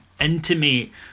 intimate